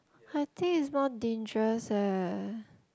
I think is more dangerous leh